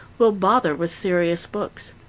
will bother with serious books.